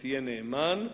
ותהיה נאמן,